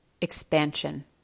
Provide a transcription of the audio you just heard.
Expansion